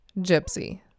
Gypsy